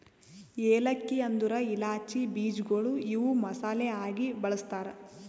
ಏಲಕ್ಕಿ ಅಂದುರ್ ಇಲಾಚಿ ಬೀಜಗೊಳ್ ಇವು ಮಸಾಲೆ ಆಗಿ ಬಳ್ಸತಾರ್